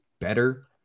better